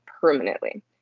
permanently